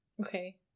Okay